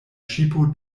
ŝipo